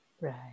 Right